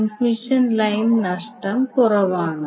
transmission line നഷ്ടം കുറവാണ്